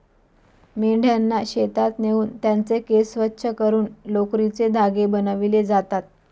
मेंढ्यांना शेतात नेऊन त्यांचे केस स्वच्छ करून लोकरीचे धागे बनविले जातात